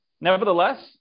Nevertheless